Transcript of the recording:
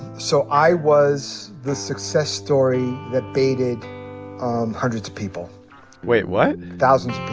so i was the success story that baited hundreds of people wait, what? thousands